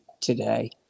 today